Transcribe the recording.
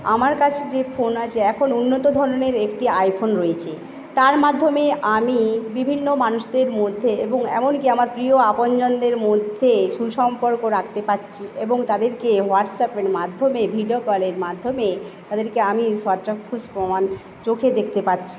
আমার কাছে যে ফোন আছে এখন উন্নত ধরণের একটি আইফোন রয়েছে তার মাধ্যমে আমি বিভিন্ন মানুষদের মধ্যে এবং এমন কি আমার প্রিয় আপনজনদের মধ্যে সুসম্পর্ক রাখতে পারছি এবং তাদেরকে হোয়াটসঅ্যাপের মাধ্যমে ভিডিও কলের মাধ্যমে তাদেরকে আমি সচক্ষুষ প্রমাণ চোখে দেখতে পাচ্ছি